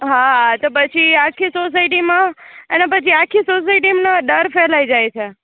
હા તો પછી આખી સોસાયટીમાં અને પછી આખી સોસાયટીમાં ડર ફેલાય જાય છે